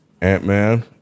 Ant-Man